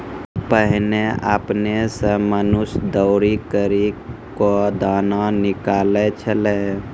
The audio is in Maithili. पहिने आपने सें मनुष्य दौरी करि क दाना निकालै छलै